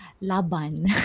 Laban